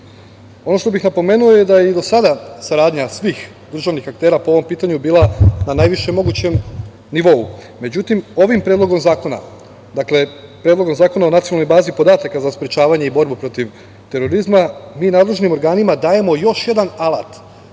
što bih napomenuo je da i do sada saradnja svih državnih aktera po ovom pitanju bila na najvišem mogućem nivou. Međutim, ovim Predlogom zakona, dakle Predlogom zakona o Nacionalnoj bazi podataka za sprečavanje i borbu protiv terorizma, mi nadležnim organima dajemo još jedan alat,